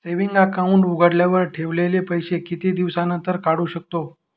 Saving account उघडल्यावर ठेवलेले पैसे किती दिवसानंतर काढू शकतो?